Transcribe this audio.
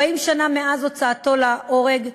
40 שנה מאז הוצאתו להורג,